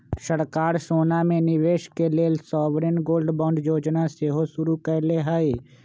सरकार सोना में निवेश के लेल सॉवरेन गोल्ड बांड जोजना सेहो शुरु कयले हइ